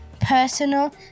personal